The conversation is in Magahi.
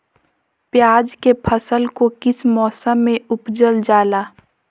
प्याज के फसल को किस मौसम में उपजल जाला?